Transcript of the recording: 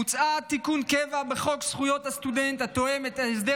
מוצע תיקון קבע בחוק זכויות הסטודנט התואם את ההסדר